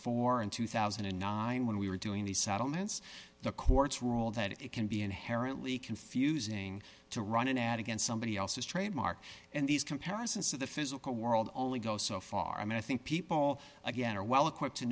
forty two thousand and nine when we were doing these settlements the courts ruled that it can be inherently confusing to run an ad against somebody else's trademark and these comparisons physical world only goes so far i mean i think people again are well equipped to